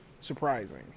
surprising